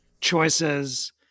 choices